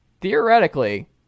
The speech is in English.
theoretically